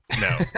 No